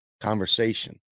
conversation